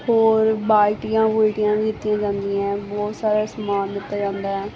ਹੋਰ ਬਾਲਟੀਆਂ ਬੁਲਟੀਆਂ ਵੀ ਦੀਤੀਆਂ ਜਾਂਦੀਆਂ ਬਹੁਤ ਸਾਰਾ ਸਮਾਨ ਦਿੱਤਾ ਜਾਂਦਾ